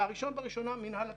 הראשון ברשימה הוא מינהל התכנון.